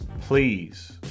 please